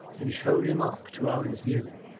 and showed him up to owen's view.